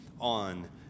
on